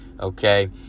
Okay